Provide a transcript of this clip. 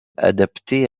adapté